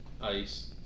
ice